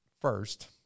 first